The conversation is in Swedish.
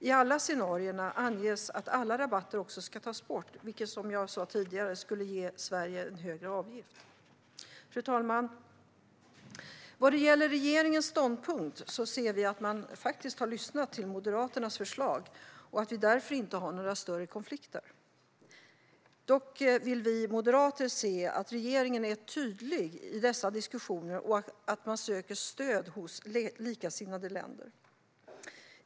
I alla scenarierna anges att alla rabatter ska tas bort, vilket som jag sa tidigare skulle ge Sverige en högre avgift. Fru talman! I regeringens ståndpunkt ser vi att man har lyssnat på Moderaternas förslag, och vi har därför inga stora konflikter. Dock vill vi moderater se att regeringen är tydlig i dessa diskussioner och att man söker stöd hos likasinnade länder.